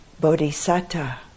Bodhisatta